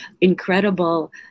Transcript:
incredible